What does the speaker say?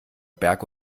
berg